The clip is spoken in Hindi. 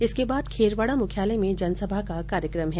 इसके बाद खेरवाड़ा मुख्यालय में जनसभा का कार्यक्रम है